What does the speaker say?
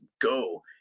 go